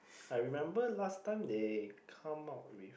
I remember last time they come out with